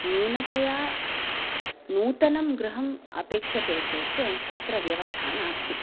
न्यूनतया नूतनं गृहम् अपेक्षते चेत् तत्र व्यवस्था नास्ति